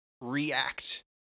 react